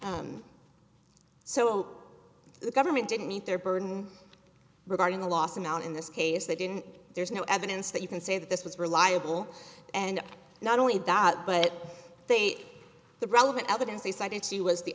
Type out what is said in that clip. so the government didn't meet their burden regarding the last amount in this case they didn't there's no evidence that you can say that this was reliable and not only that but they the relevant evidence they cited she was the